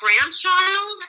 grandchild